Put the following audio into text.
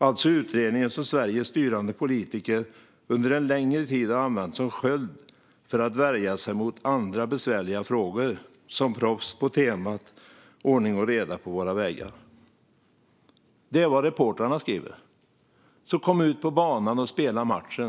Alltså utredningen som Sveriges styrande politiker under en längre tid har använt som sköld för att värja sig mot andra 'besvärliga frågor' från Proffs på temat ordning och reda på våra vägar." Kom ut på banan och spela matchen!